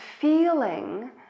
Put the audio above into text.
feeling